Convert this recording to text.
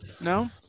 No